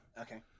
Okay